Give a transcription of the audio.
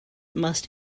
must